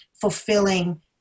fulfilling